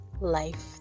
Life